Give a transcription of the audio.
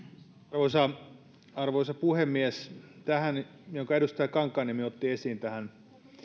arvoisa arvoisa puhemies tähän minkä edustaja kankaanniemi otti esiin tähän